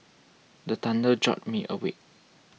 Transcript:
the thunder jolt me awake